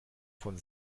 von